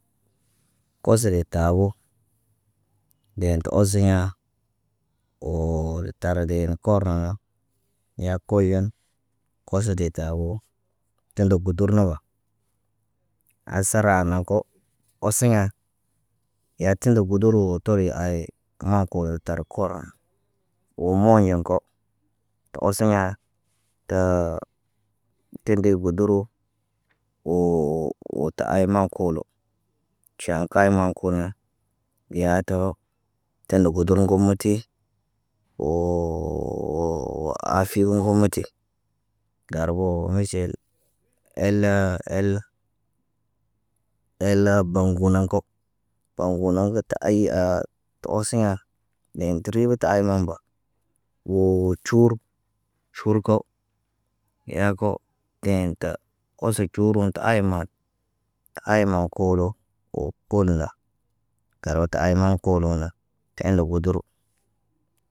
Koso de tabo deen tə osiɲa woo tarden kor ŋgaga yakoyon koso de tabo. Təndə gudur naba. Asara naŋg ko oseɲa. Yaa tində guduru tori aay. Kə waŋg ko tar korona. Woo moyen kow tə oseɲa təə tende godoro. Woo ta aymaan koolo. Ʃan kay maan kona. Yaa tə, talə guduru kə mati. Woo afe nogomati. Garbo miʃil ell el el baŋgu naŋg ko. Baŋgu naŋg gə tə ay aa, tə osiɲa. Deen təri bəta aynan ba. Woo cur cur kaw. Yako teen tə oso curu tə ay məət. Ayno koolo, wo koono la. Karbata ay na koolo na, te eene budur.